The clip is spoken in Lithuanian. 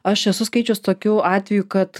aš esu skaičius tokių atvejų kad